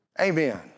Amen